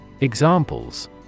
Examples